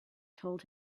told